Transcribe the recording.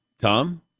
Tom